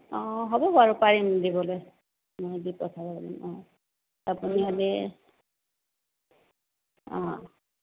অঁ হ'ব বাৰু পাৰিম দিবলৈ মই দি পঠাব পাৰিম অঁ আপুনি খালি অঁ